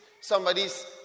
somebody's